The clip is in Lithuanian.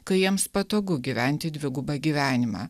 kai jiems patogu gyventi dvigubą gyvenimą